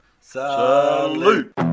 salute